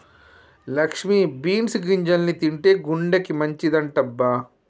Lakshmi beans గింజల్ని తింటే గుండెకి మంచిదంటబ్బ